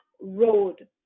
road